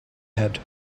head